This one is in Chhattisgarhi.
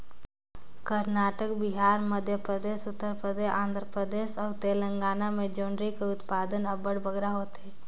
करनाटक, बिहार, मध्यपरदेस, उत्तर परदेस, आंध्र परदेस अउ तेलंगाना में जोंढरी कर उत्पादन अब्बड़ बगरा होथे